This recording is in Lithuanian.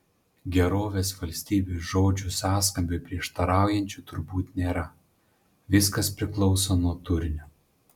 gerovės valstybės žodžių sąskambiui prieštaraujančių turbūt nėra viskas priklauso nuo turinio